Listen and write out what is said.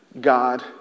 God